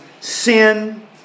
sin